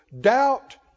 doubt